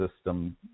system